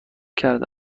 کرده